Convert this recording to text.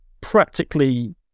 practically